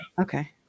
Okay